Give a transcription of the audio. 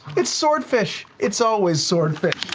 it's swordfish, it's always swordfish.